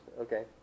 Okay